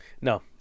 No